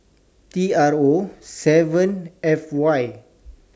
T R O seven F Y